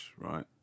right